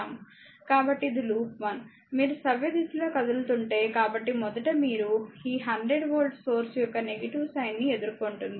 కాబట్టి ఇది లూప్ 1మీరు సవ్యదిశలో కదులుతుంటే కాబట్టి మొదట మీరు ఈ 100 వోల్టేజ్ సోర్స్ యొక్క నెగిటివ్ సైన్ ని ఎదుర్కొంటుంది